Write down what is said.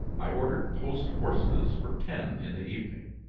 i ordered post horses for ten in the evening.